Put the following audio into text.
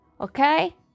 Okay